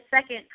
second